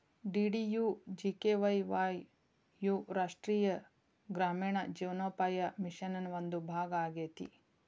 DDUGKY ವಾಯ್ ಯು ರಾಷ್ಟ್ರೇಯ ಗ್ರಾಮೇಣ ಜೇವನೋಪಾಯ ಮಿಷನ್ ನ ಒಂದು ಭಾಗ ಆಗೇತಿ